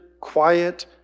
quiet